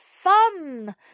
fun